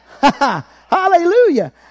Hallelujah